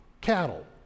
cattle